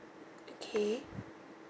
okay